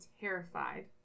terrified